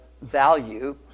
value